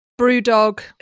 Brewdog